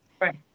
Right